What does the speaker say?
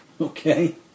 Okay